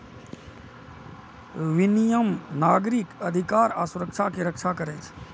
विनियम नागरिक अधिकार आ सुरक्षा के रक्षा करै छै